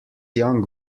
young